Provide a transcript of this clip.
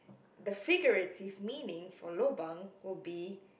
the figurative meaning for lobang will be